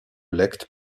lect